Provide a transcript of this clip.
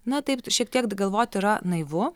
na taip šiek tiek galvoti yra naivu